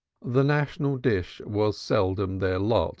the national dish was seldom their lot